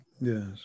Yes